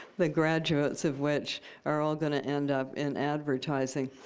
the graduates of which are all going to end up in advertising